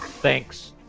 thanks